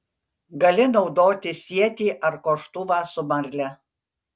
gali naudoti sietį ar koštuvą su marle